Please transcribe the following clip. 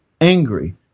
angry